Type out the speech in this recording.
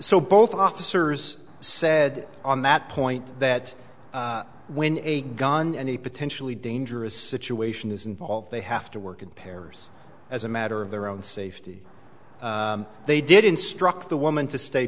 so both officers said on that point that when a gun and a potentially dangerous situation is involved they have to work in pairs as a matter of their own safety they did instruct the woman to stay